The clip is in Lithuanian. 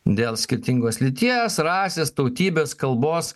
dėl skirtingos lyties rasės tautybės kalbos